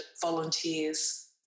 volunteers